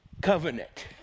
covenant